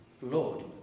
Lord